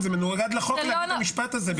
זה מנוגד לחוק להגיד את המשפט הזה בכלל.